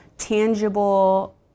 tangible